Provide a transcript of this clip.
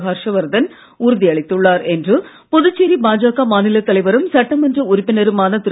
ஹர்ஷ்வர்தன் உறுதியளித்துள்ளார் என்று புதுச்சேரி பாஜக மாநில தலைவரும் சட்டமன்ற உறுப்பினருமான திரு